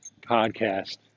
podcast